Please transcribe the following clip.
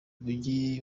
mujyi